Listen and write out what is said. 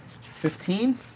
Fifteen